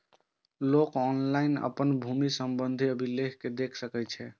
लोक ऑनलाइन अपन भूमि संबंधी अभिलेख कें देख सकै छै